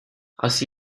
aus